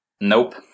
Nope